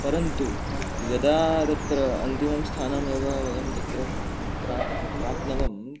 परन्तु यदा तत्र अन्तिमं स्थानम् एव वयं तत्र प्राप् प्राप्नवं